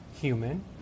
human